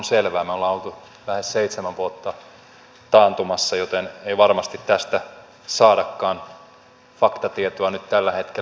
me olemme olleet lähes seitsemän vuotta taantumassa joten ei varmasti tästä saadakaan faktatietoa nyt tällä hetkellä